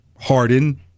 Harden